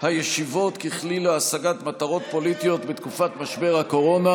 הישיבות ככלי להשגת מטרות פוליטיות בתקופת משבר הקורונה.